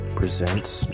presents